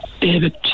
David